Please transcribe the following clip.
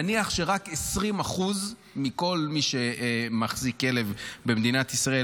נניח שרק 20% מכל מי שמחזיק כלב במדינת ישראל,